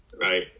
right